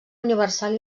universal